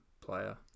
player